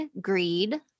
greed